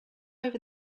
over